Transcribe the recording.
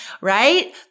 right